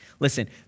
Listen